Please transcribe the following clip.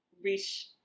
reach